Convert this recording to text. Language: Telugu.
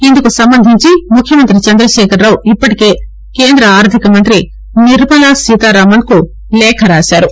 ఇందుకు సంబంధించి ముఖ్యమంత్రి చంద్రశేఖర్రావు ఇప్పటికే కేంద్ర ఆర్దికమంతి నిర్మలా సీతారామన్కు లేఖ రాశారు